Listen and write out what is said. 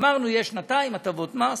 אמרנו: יש שנתיים הטבות מס.